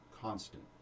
constant